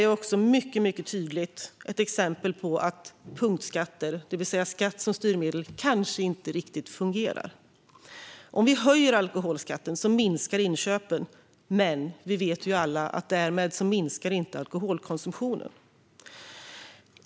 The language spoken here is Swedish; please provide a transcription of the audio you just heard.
Alkoholskatten är ett mycket tydligt exempel på att punktskatter, det vill säga skatt som styrmedel, kanske inte riktigt fungerar. Om vi höjer alkoholskatten minskar inköpen, men vi vet alla att alkoholkonsumtionen därmed inte minskar.